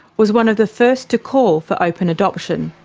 was one of the first to call for open adoption.